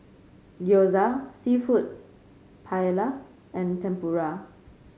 Gyoza seafood Paella and Tempura